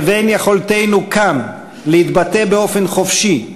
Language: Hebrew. לבין יכולתנו כאן להתבטא באופן חופשי,